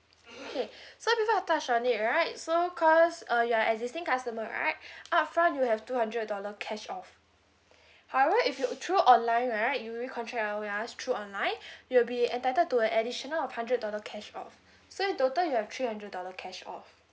okay so before we touch on it right so cause uh you are an existing customer right upfront you have two hundred dollar cash off however if you through online right you recontract ah with us through online you'll be entitled to an additional of hundred dollar cash off so in total you have three hundred dollar cash off